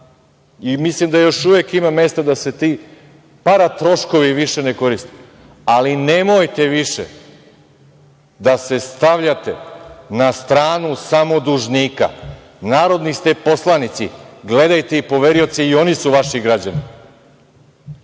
Mislim da još uvek ima mesta da se ti paratroškovi više ne koriste. Ali, nemojte više da se stavljate na stranu samo dužnika, narodni ste poslanici, gledajte i poverioce, i oni su vaši građani. Kad